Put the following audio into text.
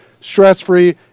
Stress-free